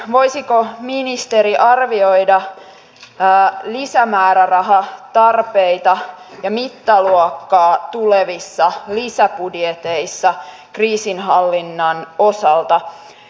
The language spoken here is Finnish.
voisiko ministeri arvioi ja listaa yli isä arvioida lisämäärärahatarpeita ja mittaluokkaa tulevissa lisäbudjeteissa kriisinhallinnan osalta